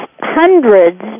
hundreds